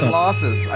losses